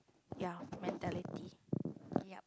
ya mentality yup